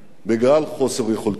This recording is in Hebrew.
בגלל חוסר יכולתו זו.